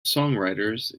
songwriters